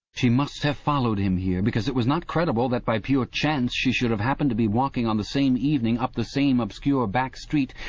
she must have followed him here, because it was not credible that by pure chance she should have happened to be walking on the same evening up the same obscure backstreet,